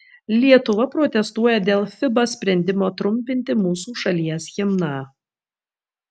lietuva protestuoja dėl fiba sprendimo trumpinti mūsų šalies himną